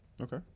Okay